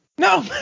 No